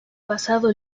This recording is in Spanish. pasado